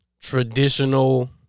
traditional